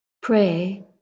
pray